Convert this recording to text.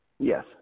Yes